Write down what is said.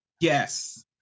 yes